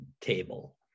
table